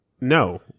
No